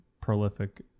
prolific